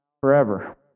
forever